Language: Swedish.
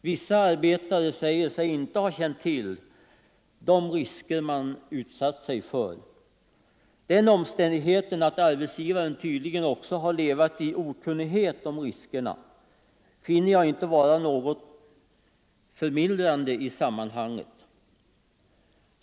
Vissa arbetare säger sig inte ha känt till de risker man utsatt sig för. Den omständigheten att arbetsgivaren tydligen också har levat i okunnighet om riskerna finner jag inte vara något förmildrande i sammanhanget.